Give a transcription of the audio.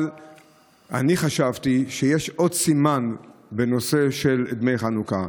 אני חשבתי שיש עוד סימן בנושא של דמי החנוכה: